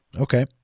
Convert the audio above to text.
Okay